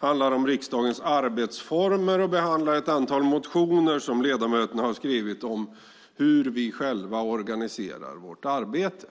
handlar om riksdagens arbetsformer. I betänkandet behandlas ett antal motioner där ledamöterna har skrivit om hur vi själva organiserar vårt arbete.